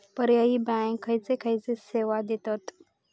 पर्यायी बँका खयचे खयचे सेवा देतत?